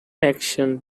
action